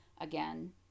Again